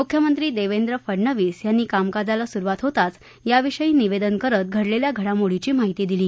मुख्यमंत्री देवेंद्र फडणवीस यांनी कामकाजाला सुरुवात होताच याविषयी निवेदन करीत घडलेल्या घडामोडीची माहिती दिली